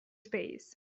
space